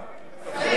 אני גאה בזה,